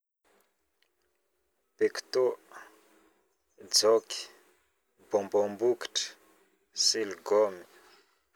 pektô, jock, bonbonbokitry, silgômy